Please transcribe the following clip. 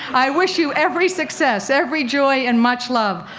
i wish you every success, every joy and much love.